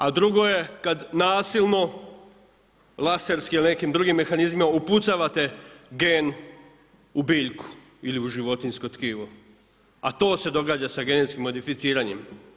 A drugo je kada nasilno laserski ili nekim drugim mehanizmima upucavate gen u biljku ili u životinjsko tkivo, a to se događa sa genetskim modificiranjem.